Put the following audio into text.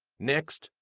next,